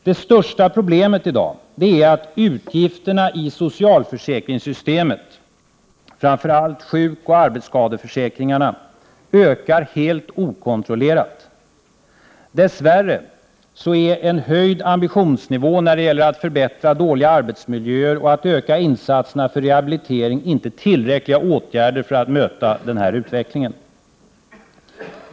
Det största problemet i dag är att utgifterna i socialförsäkringssystemet, framför allt sjukoch arbetsskadeförsäkringarna, ökar helt okontrollerat. Dess värre är en höjd ambitionsnivå när det gäller att förbättra dåliga arbetsmiljöer och att öka insatserna för rehabilitering inte tillräckliga åtgärder för att möta den här utvecklingen.